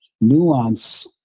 nuance